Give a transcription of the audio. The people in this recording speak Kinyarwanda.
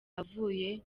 avuye